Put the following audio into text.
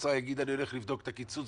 האוצר יגיד שהם הולכים לבדוק את הקיצוץ,